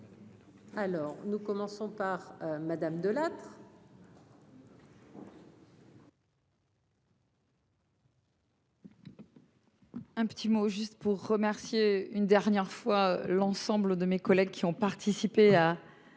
Alors nous commençons par Madame. Un petit mot juste pour remercier une dernière fois l'ensemble de mes collègues qui ont participé à à cette